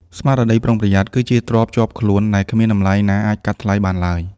ស្មារតីប្រុងប្រយ័ត្នគឺជាទ្រព្យជាប់ខ្លួនដែលគ្មានតម្លៃណាអាចកាត់ថ្លៃបានឡើយ។